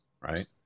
right